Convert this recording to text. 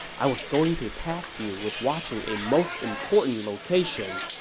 i was going to task you with watching a most important location,